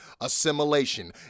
Assimilation